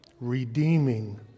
redeeming